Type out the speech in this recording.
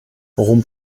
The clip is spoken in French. rond